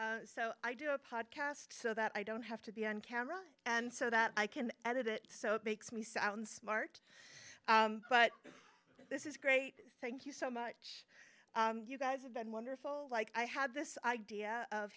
truth so i do a podcast so that i don't have to be on camera and so that i can edit it so it makes me sound smart but this is great thank you so much you guys have been wonderful like i had this idea